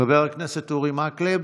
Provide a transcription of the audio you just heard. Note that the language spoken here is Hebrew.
חבר הכנסת אורי מקלב,